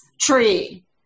tree